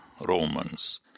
Romans